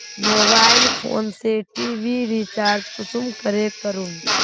Mobile phone से TV recharge कुंसम करे करूम?